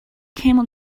camel